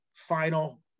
final